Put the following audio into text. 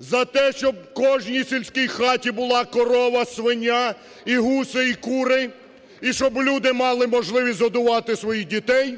за те, щоб в кожній сільській хаті була корова, свиня і гуси, і кури, і щоб люди мали можливість годувати своїх дітей,